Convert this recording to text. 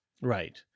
Right